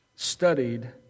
Studied